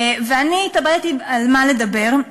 אני התלבטתי על מה לדבר.